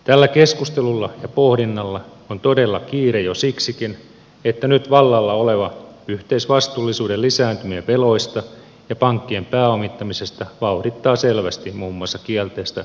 tällä keskustelulla ja pohdinnalla on todella kiire jo siksikin että nyt vallalla oleva yhteisvastuullisuuden lisääntyminen veloista ja pankkien pääomittamisesta vauhdittaa selvästi muun muassa kielteistä liittovaltiokehitystä